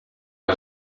rwa